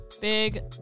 Big